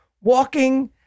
walking